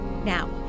Now